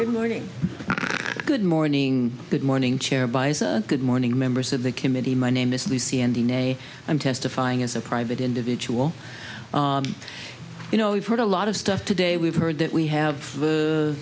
good morning good morning good morning chaired by a good morning members of the committee my name is lee c n d nay i'm testifying as a private individual you know we've heard a lot of stuff today we've heard that we have